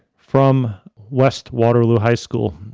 from west waterloo high school,